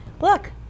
look